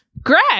greg